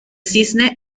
cisne